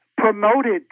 promoted